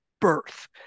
birth